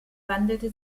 wandelte